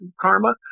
karma